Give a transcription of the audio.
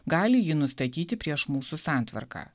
gali jį nustatyti prieš mūsų santvarką